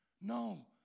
No